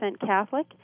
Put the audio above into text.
Catholic